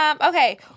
Okay